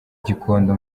gikondo